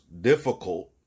difficult